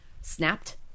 snapped